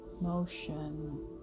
motion